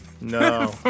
No